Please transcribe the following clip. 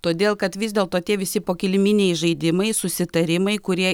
todėl kad vis dėlto tie visi po kiliminiai žaidimai susitarimai kurie